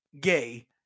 gay